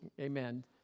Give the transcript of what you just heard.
amen